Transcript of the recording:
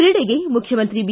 ಕ್ರೀಡೆಗೆ ಮುಖ್ಯಮಂತ್ರಿ ಬಿ